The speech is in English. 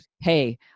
hey